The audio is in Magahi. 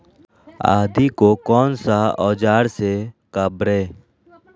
आदि को कौन सा औजार से काबरे?